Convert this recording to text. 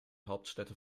hauptstädte